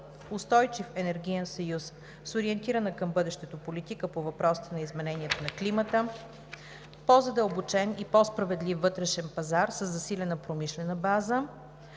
устойчив енергиен съюз с ориентирана към бъдещето политика по въпросите на изменението на климата; - по-задълбочен и по-справедлив вътрешен пазар със засилена промишлена база;